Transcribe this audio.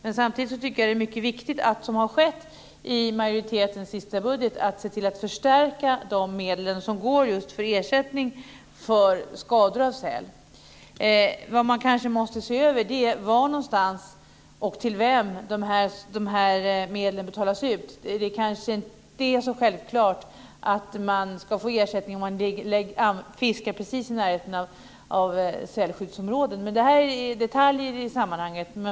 Men samtidigt tycker jag att det är mycket viktigt, som skett i majoritetens senaste budget, att se till att förstärka de medel som går just till ersättning för skador av säl. Vad man kanske måste se över är var någonstans och till vem de här medlen betalas ut. Det kanske inte är så självklart att man ska få ersättning om man fiskar precis i närheten av sälskyddsområden - men det här är detaljer i sammanhanget.